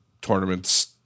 tournaments